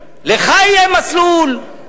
לך יהיה מסלול,